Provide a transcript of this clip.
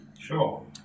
Sure